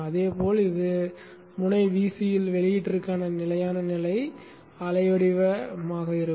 அதேபோல் இந்த முனை Vc இல் வெளியீட்டிற்கான நிலையான நிலை அலை வடிவமாக இருக்கும்